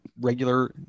regular